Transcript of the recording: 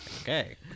Okay